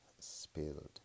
spilled